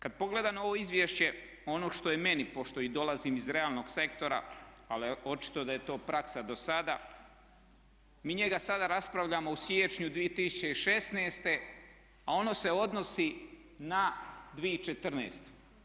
Kad pogledam ovo izvješće ono što je meni pošto dolazim iz realnog sektora, ali očito da je to praksa do sada, mi njega sada raspravljamo u siječnju 2016. a ono se odnosi na 2014.